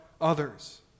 others